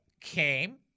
came